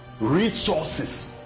resources